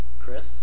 Chris